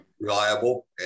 reliable